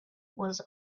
was